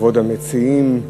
כבוד המציעים,